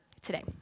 today